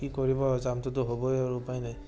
কি কৰিব আৰু জামটোতো হ'বই আৰু উপায় নাই